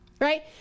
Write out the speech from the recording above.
right